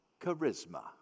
charisma